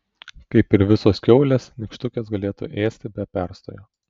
kaip ir visos kiaulės nykštukės galėtų ėsti be perstojo